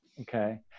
Okay